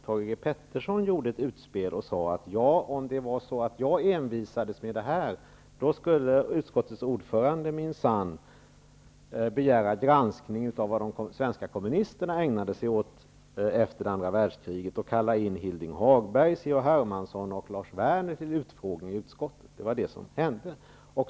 Han sade att om jag envisades med det här, skulle utskottets ordförande minsann begära en granskning av vad de svenska kommunisterna ägnade sig åt efter andra världskriget och kalla in Werner till utfrågning i utskottet. Det var det som hände.